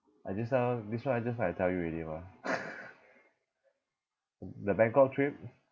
I just now this one just now I tell you already mah the Bangkok trip